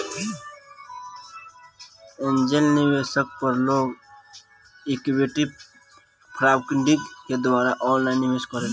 angel निवेशक पर लोग इक्विटी क्राउडफण्डिंग के द्वारा ऑनलाइन निवेश करेला